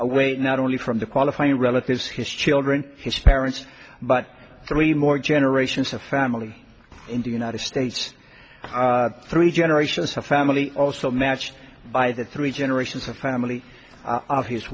away not only from the qualifying relatives his children his parents but three more generations of family in the united states three generations of family also matched by the three generations of family of his